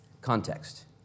Context